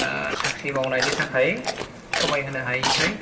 साख्रि मावनायनि थाखाय समय होनो हायिखाय